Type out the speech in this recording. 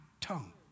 tongue